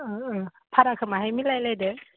अ अ भाराखौ बाहाय मिलाय लायदो